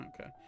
Okay